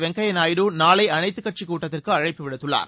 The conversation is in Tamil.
வெங்கைய நாயுடு நாளை அனைத்துக் கட்சிக் கூட்டத்திற்கு அழைப்பு விடுத்துள்ளார்